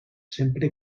sempre